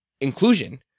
inclusion